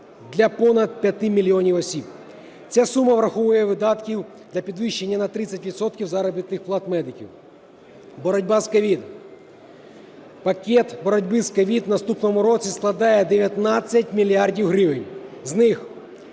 для понад 5 мільйонів осіб. Ця сума враховує видатки для підвищення на 30 відсотків заробітних плат медиків. Боротьба з COVID. Пакет боротьби з COVID в наступному році складає 19 мільярдів гривень,